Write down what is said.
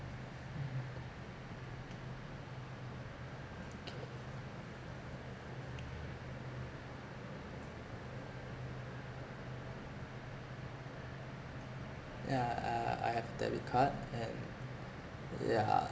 mmhmm okay yeah uh I have debit card and yeah